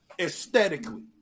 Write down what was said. aesthetically